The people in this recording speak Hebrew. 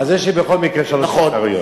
אז יש לי, בכל מקרה, שלוש אפשרויות.